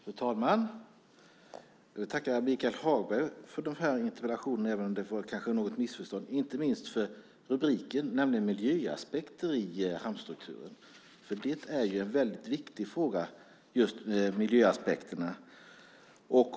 Fru talman! Jag tackar Michael Hagberg för den här interpellationen, även om det kanske skett något missförstånd, inte minst på grund av rubriken, Miljöaspekter i hamnstrukturen . Just frågan om miljöaspekterna är ju väldigt viktig.